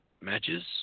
Matches